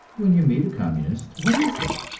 when you meet a communist, what is he?